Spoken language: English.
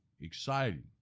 exciting